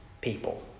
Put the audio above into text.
people